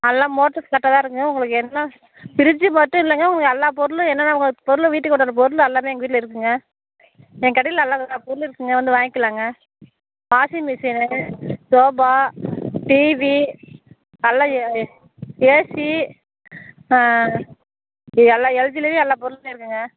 அல்லாம் மோட்டர்ஸ் கரெக்டாக தான் இருக்குங்க உங்களுக்கு என்ன ஃபிரிட்ஜு மட்டும் இல்லங்க உங்களுக்கு எல்லா பொருளும் என்னன்ன உங்கள் பொருள் வீட்டுக்கு உண்டான பொருள் எல்லாமே எங்கள் வீட்டில இருக்குங்க எங்கள் கடையில் எல்லா வித பொருளும் இருக்குங்க வந்து வாங்கிக்கலாங்க வாஷிங் மிசினு சோபா டிவி எல்லா ஏசி எல்லா எல்ஜிலயும் எல்லா பொருளுமே இருக்குங்க